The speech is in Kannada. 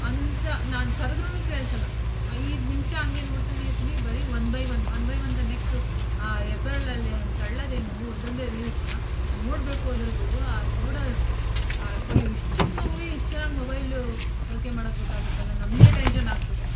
ಅಂತ ನಾನ್ ಕರೆದ್ರುನೂ ಕೇಳ್ಸಲ್ಲ ಐದ್ ನಿಮ್ಷ ಅಂಗೆ ನೋಡ್ತನೇ ಇರ್ತಿನಿ ಬರೀ one by one one by one ಅಂತ ನೆಕ್ಸ್ಟು ಆ ಎಬ್ಬೆರಳಲ್ಲಿ ಅದನ್ ತಳ್ಳೋದೇನು ಒಂದೊಂದೇ ರೀಲ್ಸ್ನ ನೋಡ್ಬೇಕು ಅದ್ರದ್ದು ಆ ನೋಡೋ ಅಯ್ಯೋ ಇಷ್ಟು ಚಿಕ್ಮಗುಗೆ ಇಷ್ಟು ಚೆನ್ನಾಗಿ ಮೊಬೈಲು ಬಳಕೆ ಮಾಡೋದು ಗೊತ್ತಾಗುತ್ತಲ್ಲ ನಮಗೆ ಟೆನ್ಶನ್ನಾಗ್ತದೆ